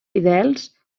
fidels